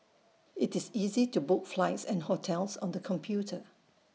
IT is easy to book flights and hotels on the computer